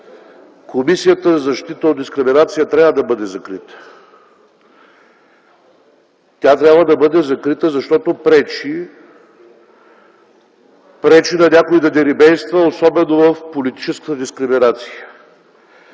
Комисията за защита от дискриминация трябва да бъде закрита. Тя трябва да бъде закрита, защото пречи на някой да дерибейства, особено в политическата дискриминация.